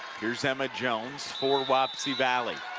here's emma jones for wapsie valley.